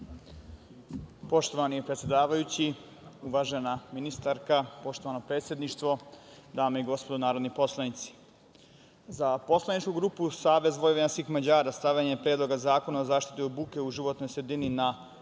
Poštovani predsedavajući, uvažena ministarka, poštovano predsedništvo, dame i gospodo narodni poslanici, za poslaničku grupu Savez vojvođanskih Mađara stavljanje Predloga zakona o zaštiti od buke u životnoj sredini na dnevni